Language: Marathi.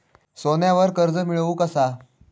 सोन्यावर कर्ज मिळवू कसा?